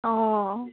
অঁ